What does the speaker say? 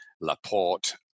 Laporte